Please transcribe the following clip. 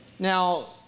Now